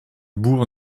bourg